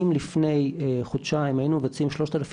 אם לפני חודשיים היינו מבצעים 3,000